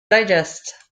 digest